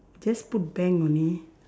just put bank only